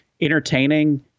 entertaining